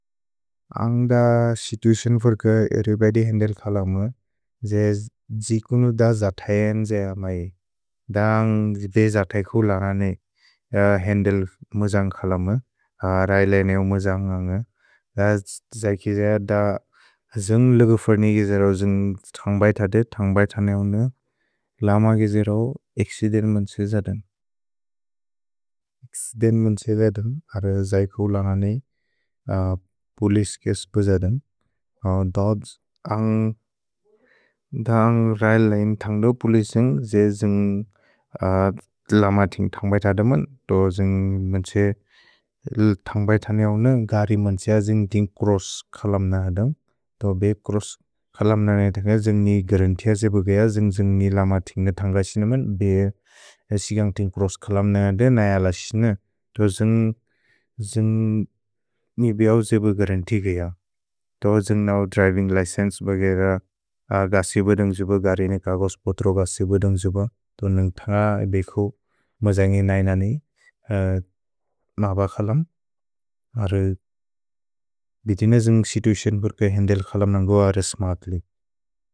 अग् द सितुइसियोन् फर्क एरिबदि हेन्देल् खल मे जे जिकुनु द जतयेन् जे अमए। द अग् वे जतय् कुअ लगनि हेन्देल् मुजन्ग् खल मे रैलेइनेउ मुजन्ग् अग। द द्जय्किजिअ द द्जुन्ग् लगु फर्नि किजेर द्जुन्ग् थन्ग्बैथदे, थन्ग्बैथने औनु लम किजेर औ एक्सिदेन् मुन् त्से जदन्, एक्सिदेन् मुन् त्से जदन्, अर द्जय्कु लगनि पुलिस् किस् बुजदन्। द अग् रैलेइनेउ थन्ग्दु पुलिस् जय् जुन्ग् लम तिन्ग् थन्ग्बैथदे मुन्, तो जुन्ग् मुन् त्से थन्ग्बैथने औनु गरि मुन् त्से जिन्ग् तिन्ग् क्रोस् खलम्न अदन्ग्, तो बे क्रोस् खलम्न अदन्ग जिन्ग् नि गरन्ति अजेबु गय, जिन्ग् जिन्ग् नि लम तिन्ग्ने थन्ग्बैशिने मुन्, बे एसिगन्ग् तिन्ग् क्रोस् खलम्न अदन्ग् अयलशिने, तो जिन्ग् नि बिऔ जेबु गरन्ति गय। तो जुन्ग् नौ द्रिविन्ग् लिचेन्से बगेर गसिबुदुन्ग् जुबु गरि नि कगोस् पोत्रो गसिबुदुन्ग् जुबु, तो नुन्ग् थन्ग बेकु मुजन्गि नैन नि नब खलम्, अरे बितिन जुन्ग् सितुअस्योन् बुर्के हेन्देल् खलम् न न्गुव रेस्क्म अत्लि।